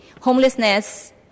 homelessness